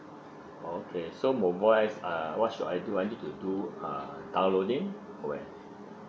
okay so mobile apps uh what should I do I need to do uh downloading or where